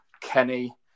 Kenny